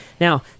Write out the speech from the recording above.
Now